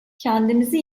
kendimizi